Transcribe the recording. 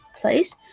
place